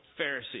Pharisee